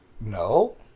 no